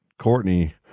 courtney